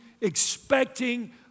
expecting